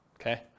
Okay